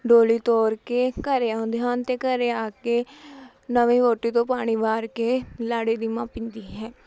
ਡੋਲੀ ਤੋਰ ਕੇ ਘਰੇ ਆਉਂਦੇ ਹਨ ਅਤੇ ਘਰੇ ਆ ਕੇ ਨਵੀਂ ਵਹੁਟੀ ਤੋਂ ਪਾਣੀ ਵਾਰ ਕੇ ਲਾੜੇ ਦੀ ਮਾਂ ਪੀਂਦੀ ਹੈ